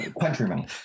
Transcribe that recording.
countryman